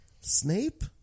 Snape